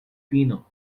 fino